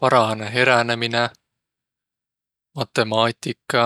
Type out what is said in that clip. Varahanõ heränemine, matemaatika,